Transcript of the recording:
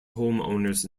homeowners